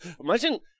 imagine